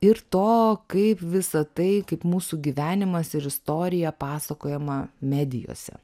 ir to kaip visa tai kaip mūsų gyvenimas ir istorija pasakojama medijose